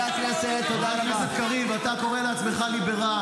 כן, כן, אתה תדבר איתנו על ליברלי.